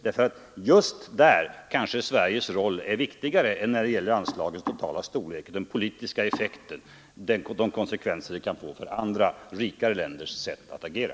Viktigare än anslagens totala storlek är kanske Sveriges roll med avseende på den politiska effekten, de konsekvenser vårt handlande kan få för andra rika länders sätt att agera.